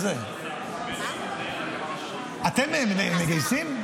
אתם מגייסים?